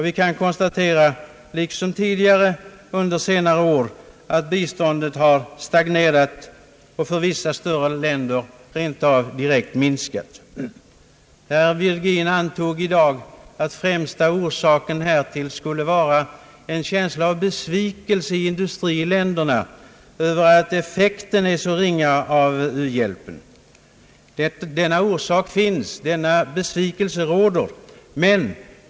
Vi kan under senare år liksom tidigare konstatera att biståndet har stagnerat och för vissa större länder rent av direkt minskat. Herr Virgin antog i dag att främsta orsaken härtill skulle vara en känsla av besvikelse i industriländerna över att effekten är så ringa av u-hjälpen. Denna orsak finns, och denna besvikelse råder.